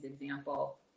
example